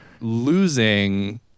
losing